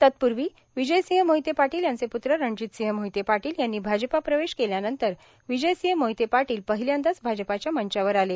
तत्पूर्वी विजयसिंह मोहिते पाटील यांचे प्त्र रणजितसिंह मोहिते पाटील यांनी भाजपप्रवेश केल्यानंतर विजयसिंह मोहिते पाटील पहिल्यांदाच भाजपच्या मंचावर आले